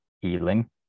healing